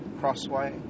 Crossway